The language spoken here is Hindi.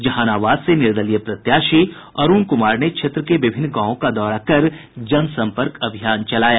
जहानाबाद से निर्दलीय प्रत्याशी अरूण कुमार ने क्षेत्र के विभिन्न गांवों का दौरा कर जनसंपर्क अभियान चलाया